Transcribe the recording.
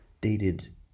dated